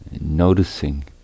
Noticing